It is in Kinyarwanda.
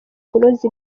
kunoza